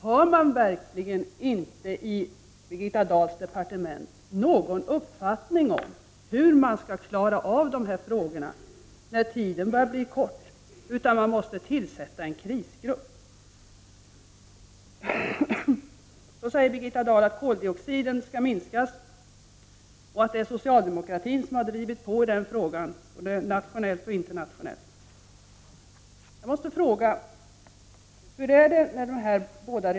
Har man verkligen i Birgitta Dahls departement inte någon uppfattning om hur man skall klara av dessa frågor när tiden nu börjar bli knapp utan måste tillsätta en krisgrupp? Birgitta Dahl säger att koldioxidutsläppen skall minskas och att det är socialdemokratin som drivit på i den frågan både nationellt och internationellt.